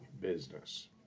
business